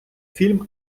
фільм